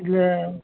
இதில்